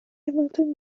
ematen